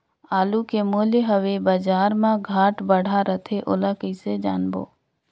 आलू के मूल्य हवे बजार मा घाट बढ़ा रथे ओला कइसे जानबो?